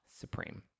supreme